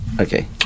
Okay